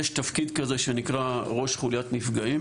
יש תפקיד כזה שנקרא ראש חוליית נעדרים